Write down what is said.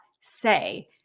say